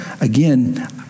again